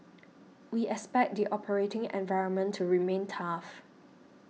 we expect the operating environment to remain tough